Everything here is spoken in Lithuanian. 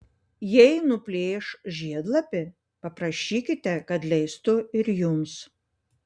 jei nuplėš žiedlapį paprašykite kad leistų ir jums